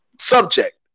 subject